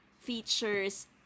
features